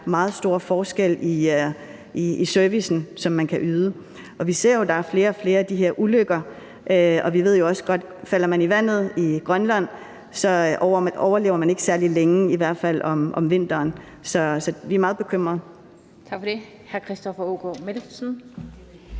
meget stor forskel i den service, man kan yde. Og vi ser, at der er flere og flere af de her ulykker, og vi ved jo også godt, at falder man i vandet i Grønland, overlever man ikke særlig længe – i hvert fald ikke om vinteren. Så vi er meget bekymrede. Kl.